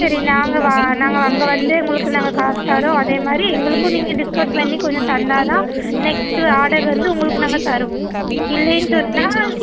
சரி நாங்கள் வா நாங்கள் அங்கே வந்து உங்களுக்கு நாங்கள் காசு தர்றோம் அதே மாதிரி எங்களுக்கும் நீங்கள் டிஸ்கவுண்ட் பண்ணி கொஞ்சம் தந்தால் தான் நெக்ஸ்ட்டு ஆர்டர் வந்து உங்களுக்கு நாங்கள் தருவோம் இல்லேன்னு சொன்னால்